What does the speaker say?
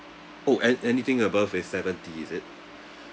oh an~ anything above is seventy is it